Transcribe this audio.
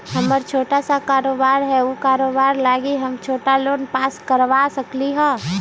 हमर छोटा सा कारोबार है उ कारोबार लागी हम छोटा लोन पास करवा सकली ह?